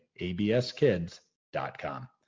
abskids.com